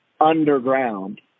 underground